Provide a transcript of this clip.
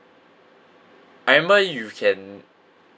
I remember you can